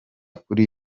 kuri